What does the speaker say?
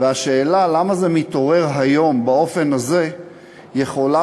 והשאלה למה זה מתעורר היום באופן הזה יכולה